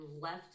left